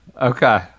Okay